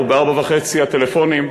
וב-04:30 הטלפונים,